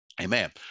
amen